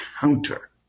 counter